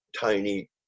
Tiny